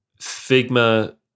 Figma